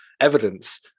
evidence